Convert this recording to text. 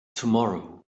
tomorrow